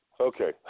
Okay